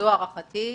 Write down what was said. זו הערכתי.